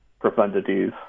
profundities